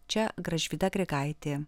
čia gražvyda grigaitė